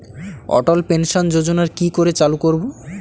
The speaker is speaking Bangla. অটল পেনশন যোজনার কি করে চালু করব?